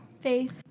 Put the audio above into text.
Faith